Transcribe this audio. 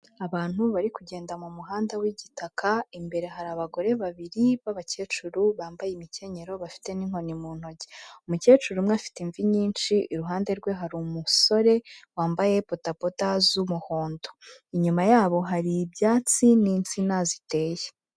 Abantu bari kugenda mu muhanda w'igitaka, imbere hari abagore babiri b'abakecuru bambaye imikenyerero bafite n'inkoni mu ntoki. Umukecuru umwe afite imvi nyinshi, iruhande rwe hari umusore, wambaye bodaboda z'umuhondo. Inyuma yabo, hari ibyatsi n'insina ziteye.